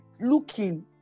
looking